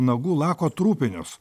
nagų lako trupinius